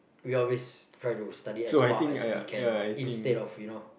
we always try to study as far as we can instead of you know